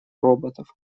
роботов